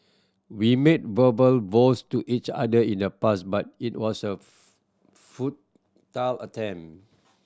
we made verbal vows to each other in the past but it was a attempt